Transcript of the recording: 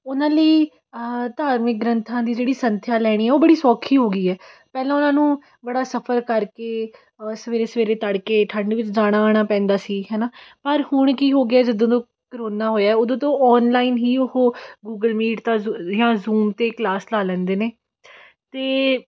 ਉਹਨਾਂ ਲਈ ਧਾਰਮਿਕ ਗ੍ਰੰਥਾਂ ਦੀ ਜਿਹੜੀ ਸੰਥਿਆ ਲੈਣੀ ਉਹ ਬੜੀ ਸੌਖੀ ਹੋ ਗਈ ਹੈ ਪਹਿਲਾਂ ਉਹਨਾਂ ਨੂੰ ਬੜਾ ਸਫਰ ਕਰਕੇ ਸਵੇਰੇ ਸਵੇਰੇ ਤੜਕੇ ਠੰਡ ਵਿੱਚ ਜਾਣਾ ਆਉਣਾ ਪੈਂਦਾ ਸੀ ਹੈ ਨਾ ਪਰ ਹੁਣ ਕੀ ਹੋ ਗਿਆ ਜਦੋਂ ਤੋਂ ਕਰੋਨਾ ਹੋਇਆ ਉਦੋਂ ਤੋਂ ਔਨਲਾਈਨ ਹੀ ਉਹ ਗੂਗਲ ਮੀਟ ਤਾਂ ਜ਼ੂ ਜਾਂ ਜ਼ੂਮ 'ਤੇ ਕਲਾਸ ਲਾ ਲੈਂਦੇ ਨੇ ਅਤੇ